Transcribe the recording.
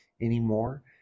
anymore